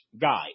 guy